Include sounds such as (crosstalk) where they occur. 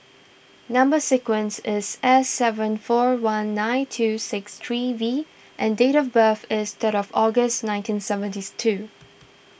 Number Sequence is S seven four one nine two six three V and date of birth is third of August nineteen seventies two (noise)